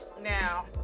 Now